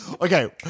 Okay